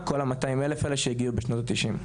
ה-200,000 האלה שהגיעו בשנות ה-90'.